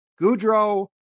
Goudreau